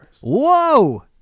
Whoa